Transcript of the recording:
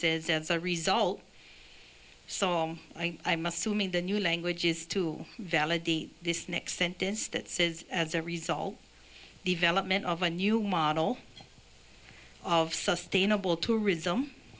says as a result so i'm assuming the new language is to validate this next sentence that says as a result development of a new model of sustainable tourism